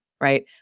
right